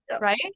Right